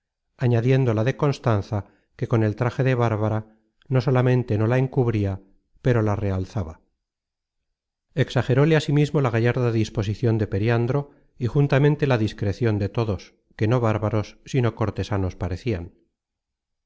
la de constanza que con el traje de bárbara no solamente no la encubria pero la realzaba exagerole asimismo la gallarda disposicion de periandro y juntamente la discrecion de todos que no bárbaros sino cortesanos parecian